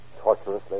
torturously